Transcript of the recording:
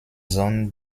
sohn